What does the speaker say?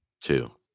two